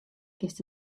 kinst